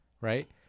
right